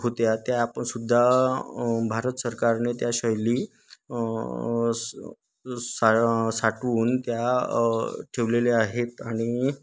होत्या त्या आपण सुद्धा भारत सरकारने त्या शैली स सा साठवून त्या ठेवलेल्या आहेत आणि